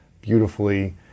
beautifully